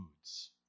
foods